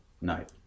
Night